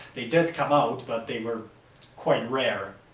they did come out, but they were quite rare.